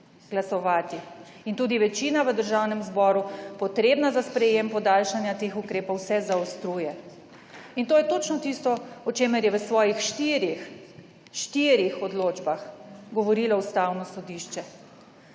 Glasovati. In tudi večina v Državnem zboru, potrebna za sprejem podaljšanja teh ukrepov, se zaostruje. In to je točno tisto, o čemer je v svojih štirih, štirih odločbah govorilo Ustavno sodišče.